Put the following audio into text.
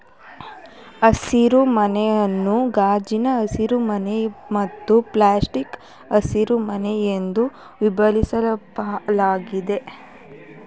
ಹಸಿರುಮನೆಯನ್ನು ಗಾಜಿನ ಹಸಿರುಮನೆ ಮತ್ತು ಪ್ಲಾಸ್ಟಿಕ್ಕು ಹಸಿರುಮನೆ ಎಂದು ವಿಭಾಗಿಸ್ಬೋದಾಗಿದೆ